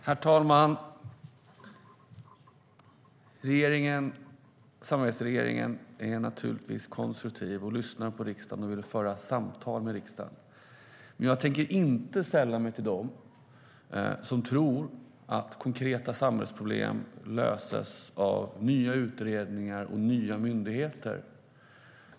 Herr talman! Samarbetsregeringen är naturligtvis konstruktiv, lyssnar på och vill föra samtal med riksdagen. Men jag tänker inte sälla mig till dem som tror att konkreta samhällsproblem löses av nya utredningar och nya myndigheter.